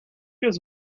his